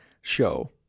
show